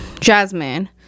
Jasmine